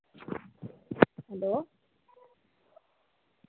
hello